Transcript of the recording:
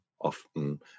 often